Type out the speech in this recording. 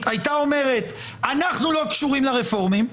הייתה אומרת: "אנחנו לא קשורים לרפורמים,